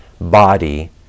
body